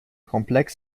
komplex